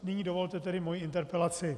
Nyní dovolte tedy mou interpelaci.